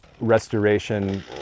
restoration